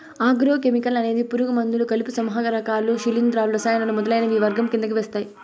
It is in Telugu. ఆగ్రో కెమికల్ అనేది పురుగు మందులు, కలుపు సంహారకాలు, శిలీంధ్రాలు, రసాయనాలు మొదలైనవి ఈ వర్గం కిందకి వస్తాయి